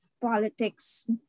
politics